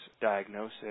diagnosis